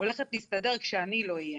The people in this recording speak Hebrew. הולכת להסתדר כשאני לא אהיה.